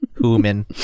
Human